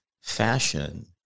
fashion